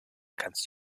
kannst